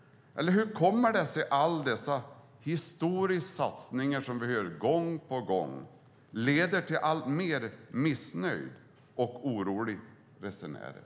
Eller hur kommer det sig att alla dessa historiska satsningar som vi hör om gång på gång leder till alltmer missnöjda och oroliga resenärer?